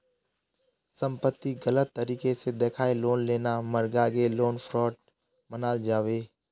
संपत्तिक गलत तरीके से दखाएँ लोन लेना मर्गागे लोन फ्रॉड मनाल जाबे